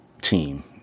team